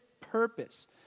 purpose